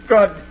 Good